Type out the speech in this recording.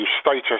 status